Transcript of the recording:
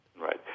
Right